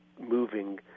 moving